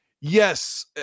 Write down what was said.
yes